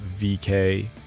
vk